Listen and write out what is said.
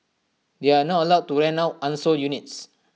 they are not allowed to rent out unsold units